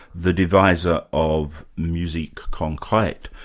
the deviser of musique concrete.